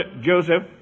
Joseph